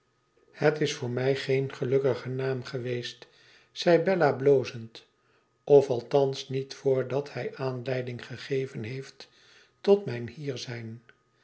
het is voor mij geen gelukkige naam geweest zei bella blozend of althans niet voordat hij aanleiding gegeven heeft tot mijn hier zijn